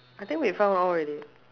I think we found all already